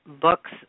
books